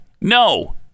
No